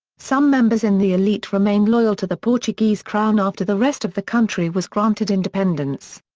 some members in the elite remained loyal to the portuguese crown after the rest of the country was granted independence.